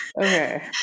Okay